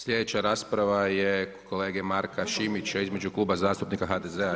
Sljedeća rasprava je kolega Marka Šimića između Kluba zastupnika HDZ-a.